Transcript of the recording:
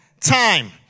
time